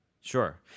Sure